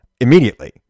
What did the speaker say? immediately